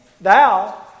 thou